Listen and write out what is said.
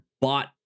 bought